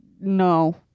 No